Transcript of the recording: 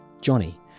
Johnny